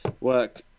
work